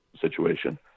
situation